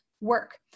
work